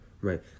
right